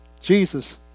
Jesus